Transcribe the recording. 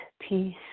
peace